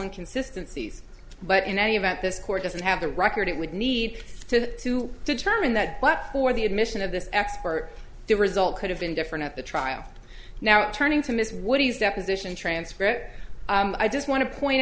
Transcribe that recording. inconsistency but in any event this court doesn't have the record it would need to to determine that but for the admission of this expert the result could have been different at the trial now turning to miss what he's deposition transcript i just want to point